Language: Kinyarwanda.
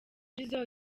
jizzo